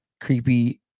creepy